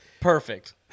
Perfect